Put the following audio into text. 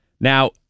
Now